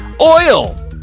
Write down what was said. Oil